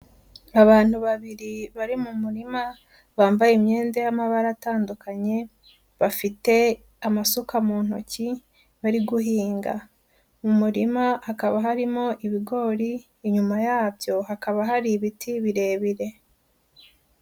Abantu babiri bari mu murima bambaye imyenda y'amabara atandukanye bafite amasuka mu ntoki bari guhinga, mu murima hakaba harimo ibigori, inyuma yabyo hakaba hari ibiti birebire.